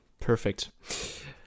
Perfect